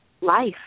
life